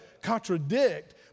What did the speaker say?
contradict